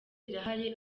irahari